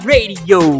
Radio